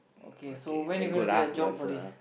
okay so when are you going to get a job for this